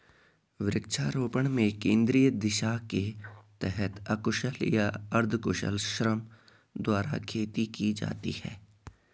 वृक्षारोपण में केंद्रीय दिशा के तहत अकुशल या अर्धकुशल श्रम द्वारा खेती की जाती है